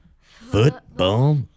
Football